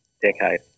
decade